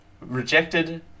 rejected